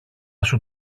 σου